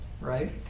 right